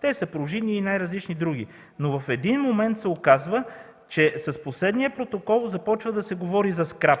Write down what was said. те са пружини и най-различни други, но в един момент се оказва, че в последния протокол започва да се говори за скрап.